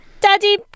Daddy